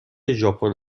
ژاپن